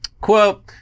Quote